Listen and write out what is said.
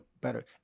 better